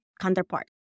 counterpart